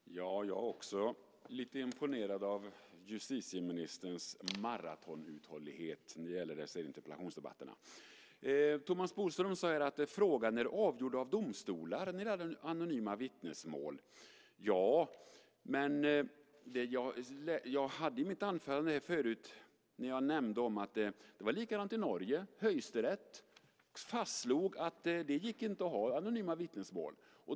Herr talman! Jag är också lite imponerad av justitieministerns maratonuthållighet i dessa interpellationsdebatter. Thomas Bodström säger att frågan är avgjord i domstol när det gäller anonyma vittnesmål. Ja, men jag nämnde i mitt anförande förut att det var likadant i Norge. Høyesterett fastslog att det inte gick att ha anonyma vittnesmål.